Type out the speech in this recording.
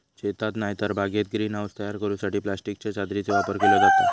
शेतात नायतर बागेत ग्रीन हाऊस तयार करूसाठी प्लास्टिकच्या चादरीचो वापर केलो जाता